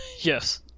Yes